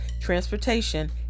transportation